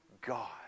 God